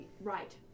Right